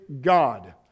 God